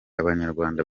abanyarwanda